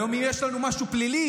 היום אם יש לנו משהו פלילי,